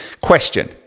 Question